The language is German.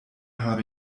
habe